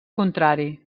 contrari